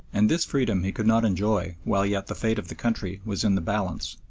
and this freedom he could not enjoy while yet the fate of the country was in the balance.